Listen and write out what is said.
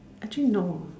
actually no